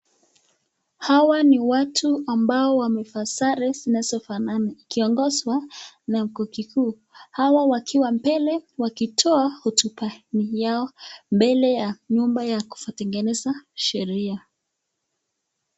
Hawa ni watu ambao wamevaa sare zinazofanana ikongozwa na koti kikuu. Hawa wakiwa mbele wakitoa hotuba yao mbele ya nyumba ya kutengeneza sheria.